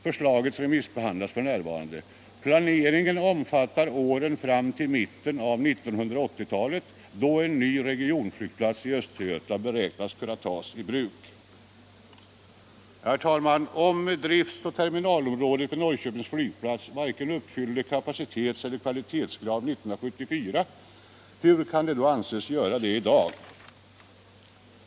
Förslaget remissbehandlas f.n. Planeringen omfattar åren fram till mitten av 1980-talet, då en ny regionflygplats i Östergötland beräknas kunna tas i bruk.” Om driftsoch terminalområdet vid Norrköpings flygplats uppfyllde varken kapacitetseller kvalitetskraven 1974, hur kan det då anses göra det i dag?